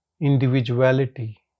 individuality